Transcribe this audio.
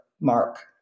mark